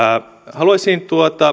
haluaisin